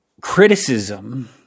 criticism—